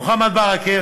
מוחמד ברכה,